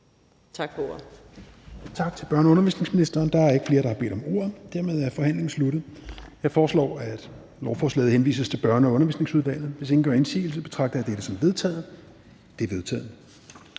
Tak for ordet.